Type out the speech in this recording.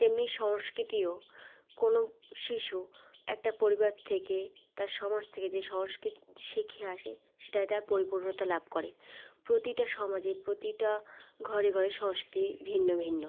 তেমনি সংস্কৃতিও কোনো শিশু একটা পরিবার থেকে তার সমাজ থেকে যে সংস্কৃতি শিখে আসে সেটাই তার পরিপূর্ণতা লাভ করে প্রতিটা সমাজে প্রতিটা ঘরে ঘরে সংস্কৃতি ভিন্ন ভিন্ন